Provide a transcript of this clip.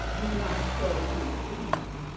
do not crow too soon!